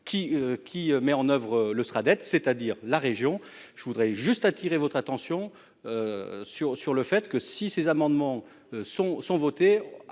qui met en oeuvre le sera dette c'est-à-dire la région. Je voudrais juste attirer votre attention. Sur sur le fait que si ces amendements sont sont